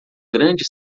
grande